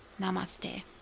Namaste